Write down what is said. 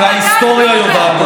ההיסטוריה יודעת את זה.